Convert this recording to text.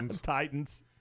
Titans